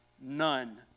none